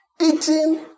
eating